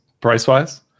price-wise